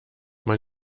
man